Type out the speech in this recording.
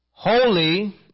Holy